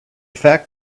fact